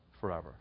forever